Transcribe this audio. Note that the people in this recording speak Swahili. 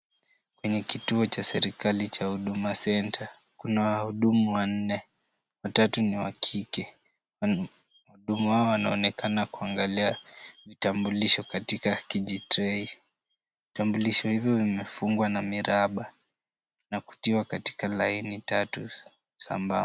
Kwenye kituo cha serikali cha Huduma Centre kuna wahudumu wanne, watatu ni wa kike. Mhuduma wao anaonekana kuangalia vitambulisho katika kijitreyi . Vitambulisho hivyo vimefungwa na miraba na kutiwa katika laini tatu sambamba.